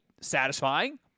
satisfying